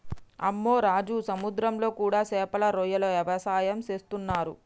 అమ్మె రాజు సముద్రంలో కూడా సేపలు రొయ్యల వ్యవసాయం సేసేస్తున్నరు